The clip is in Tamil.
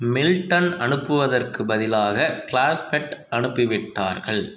மில்டன் அனுப்புவதற்குப் பதிலாக கிளாஸ்மேட் அனுப்பிவிட்டார்கள்